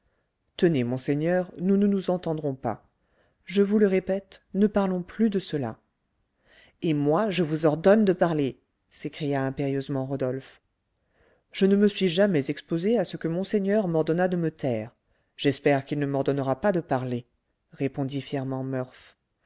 tenez monseigneur nous ne nous entendrons pas je vous le répète ne parlons plus de cela et moi je vous ordonne de parler s'écria impérieusement rodolphe je ne me suis jamais exposé à ce que monseigneur m'ordonnât de me taire j'espère qu'il ne m'ordonnera pas de parler répondit fièrement